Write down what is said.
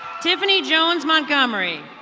tiffany jones montgomery.